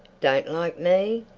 don't like me?